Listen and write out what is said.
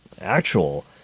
actual